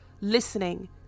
listening